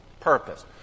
purpose